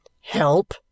Help